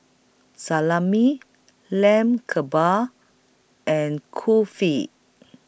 Salami Lamb Kebabs and Kulfi